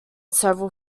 several